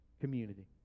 community